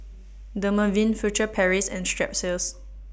Dermaveen Furtere Paris and Strepsils